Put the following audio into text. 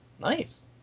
Nice